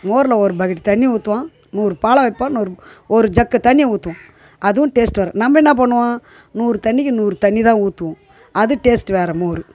மோரில் ஒரு பக்கெட் தண்ணி ஊற்றுவான் நூறு பாலை வைப்பான் நூறு ஒரு ஜக்கு தண்ணியை ஊற்றுவான் அதுவும் டேஸ்ட் வராது நம்ம என்ன பண்ணுவோம் நூறு தண்ணிக்கு நூறு தண்ணி தான் ஊற்றுவோம் அது டேஸ்ட்டு வேறு மோர்